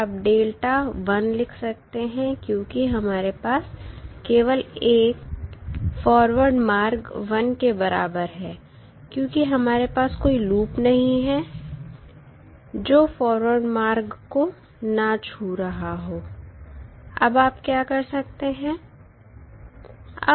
आप डेल्टा 1 लिख सकते हैं क्योंकि हमारे पास केवल एक फॉरवर्ड मार्ग 1 के बराबर है क्योंकि हमारे पास कोई लूप नहीं है जो फॉरवर्ड मार्ग को ना छू रहा हो अब आप क्या कर सकते हैं